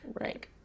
Right